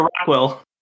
Rockwell